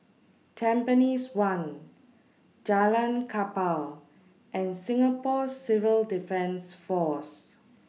Tampines one Jalan Kapal and Singapore Civil Defence Force